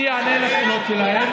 אני אענה על השאלות שלהם.